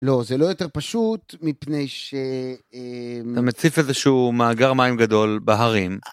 לא, זה לא יותר פשוט, מפני ש... אתה מציף איזשהו מאגר מים גדול בהרים.